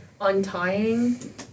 untying